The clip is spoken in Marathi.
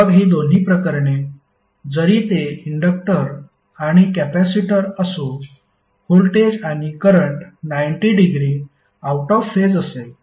मग ही दोन्ही प्रकरणे जरी ते इंडक्टर आणि कॅपेसिटर असो व्होल्टेज आणि current 90 degree out of phase असेल